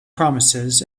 promises